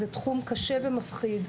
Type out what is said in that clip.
זה תחום קשה ומפחיד.